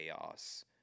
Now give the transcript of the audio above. chaos